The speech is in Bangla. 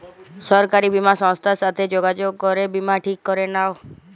সরকারি বীমা সংস্থার সাথে যগাযগ করে বীমা ঠিক ক্যরে লাও